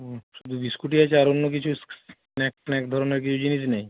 ও আচ্ছা শুধু বিস্কুটই আছে আর অন্য কিছু স্ন্যাক্স ট্যাক্স ধরণের কিছু জিনিস নেই